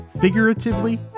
figuratively